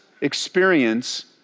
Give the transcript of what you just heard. experience